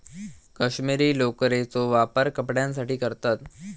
कश्मीरी लोकरेचो वापर कपड्यांसाठी करतत